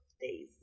days